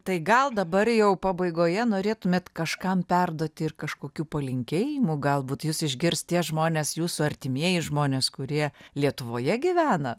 tai gal dabar jau pabaigoje norėtumėt kažkam perduoti ir kažkokių palinkėjimų galbūt jus išgirs tie žmonės jūsų artimieji žmonės kurie lietuvoje gyvena